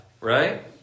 Right